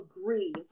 agree